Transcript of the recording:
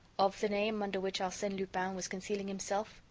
of the name under which arsene lupin was concealing himself,